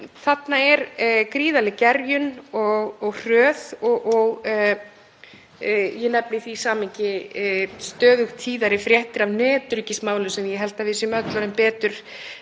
Þarna er gríðarleg gerjun og hröð og ég nefni í því samhengi stöðugt tíðari fréttir af netöryggismálum sem ég held að við séum öll orðin betur